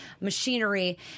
machinery